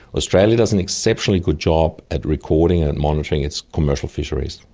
australia does an exceptionally good job at recording and monitoring its commercial fisheries.